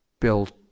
built